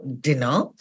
dinner